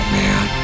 man